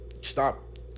stop